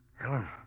Helen